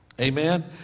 Amen